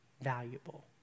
valuable